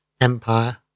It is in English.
Empire